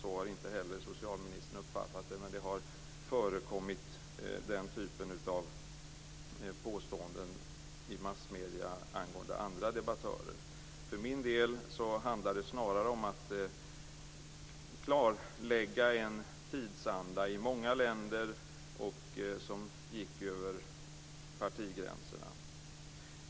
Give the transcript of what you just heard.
Så har socialministern heller inte uppfattat det men angående andra debattörer har den typen av påståenden förekommit i massmedierna. För min del handlar det snarare om att klarlägga en tidsanda i många länder som gick över partigränserna.